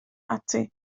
ati